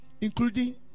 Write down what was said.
Including